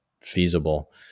feasible